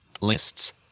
lists